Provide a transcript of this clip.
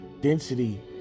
density